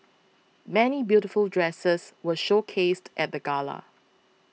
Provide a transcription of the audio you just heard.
many beautiful dresses were showcased at the gala